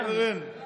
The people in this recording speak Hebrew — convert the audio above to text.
לא